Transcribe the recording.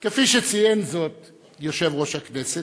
כפי שציין זאת יושב-ראש הכנסת,